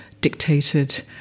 dictated